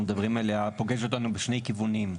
מדברים עליה פוגש אותנו בשני כיוונים.